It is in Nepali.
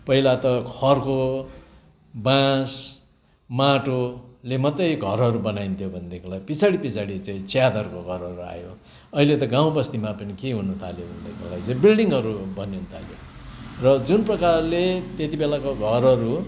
पहिला त खरको बाँस माटोले मात्रै घरहरू बनाइन्थ्यो भनेदेखिलाई पिछाडि पिछाडि चाहिँ च्यादरको घरहरू आयो अहिले त गाउँ बस्तीमा पनि के हुनु थाल्यो भनेदेखिलाई चाहिँ बिल्डिङहरू बनिनु थाल्यो र जुन प्रकारले त्यतिबेलाको घरहरू